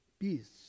Peace